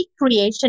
creation